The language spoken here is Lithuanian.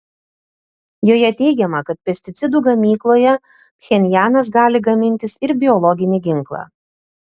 joje teigiama kad pesticidų gamykloje pchenjanas gali gamintis ir biologinį ginklą